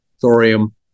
thorium